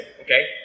okay